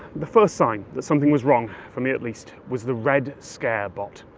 the first sign that something was wrong, for me at least, was the red scare bot.